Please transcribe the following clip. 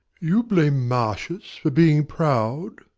you blame marcius for being proud?